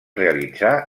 realitzar